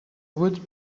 would